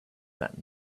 that